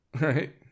Right